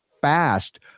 fast